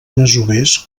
masovers